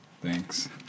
Thanks